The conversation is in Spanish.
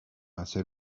hacer